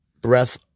breath